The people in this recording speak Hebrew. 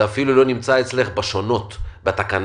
זה אפילו לא נמצא אצלך בסעיף שונות בתקנה.